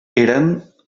eren